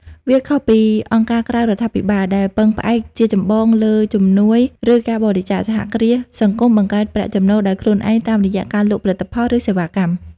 វាខុសពីអង្គការក្រៅរដ្ឋាភិបាល ដែលពឹងផ្អែកជាចម្បងលើជំនួយឬការបរិច្ចាគ សហគ្រាសសង្គមបង្កើតប្រាក់ចំណូលដោយខ្លួនឯងតាមរយៈការលក់ផលិតផល ឬសេវាកម្ម។